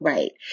Right